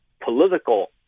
political